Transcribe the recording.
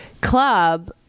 club